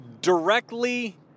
directly